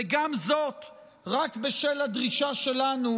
וגם זאת רק בשל הדרישה שלנו,